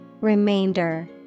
Remainder